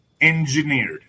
engineered